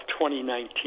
2019